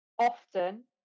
often